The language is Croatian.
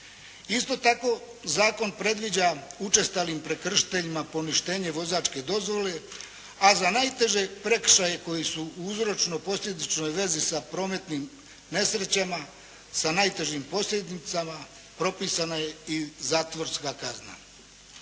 Isto tako, zakon predviđa učestalim prekršiteljima poništenje vozačke dozvole, a za najteže prekršaje koji su u uzročno-posljedičnoj vezi sa prometnim nesrećama sa najtežim posljedicama propisana je i zatvorska kazna.